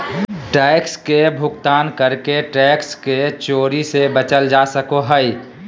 tax के भुगतान करके टैक्स के चोरी से बचल जा सको हय